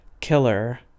killer